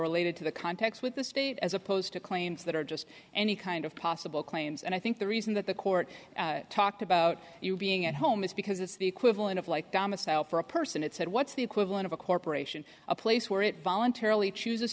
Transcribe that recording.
related to the contacts with the state as opposed to claims that are just any kind of possible claims and i think the reason that the court talked about being at home is because it's the equivalent of like domicile for a person it's said what's the equivalent of a corporation a place where it voluntarily chooses